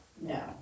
no